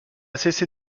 cessé